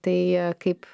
tai kaip